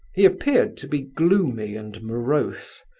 he appeared to be gloomy and morose,